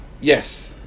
Yes